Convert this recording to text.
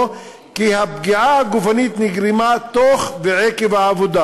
כי הפגיעה הגופנית נגרמה תוך ועקב העבודה.